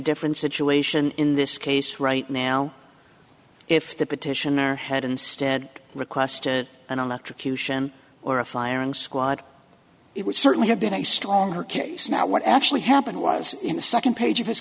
different situation in this case right now if the petitioner head instead requested and electrocution or a firing squad it would certainly have been a stronger case now what actually happened was in the second page